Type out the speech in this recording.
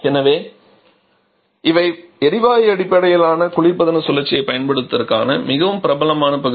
எனவே இவை எரிவாயு அடிப்படையிலான குளிர்பதன சுழற்சியைப் பயன்படுத்துவதற்கான மிகவும் பிரபலமான பகுதி